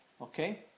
okay